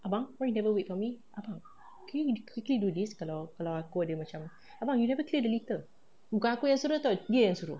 abang why you never wait for me abang can you quickly do this kalau kalau aku ada macam abang you never clear the litter bukan aku yang suruh [tau] dia yang suruh